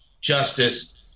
justice